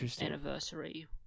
anniversary